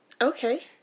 Okay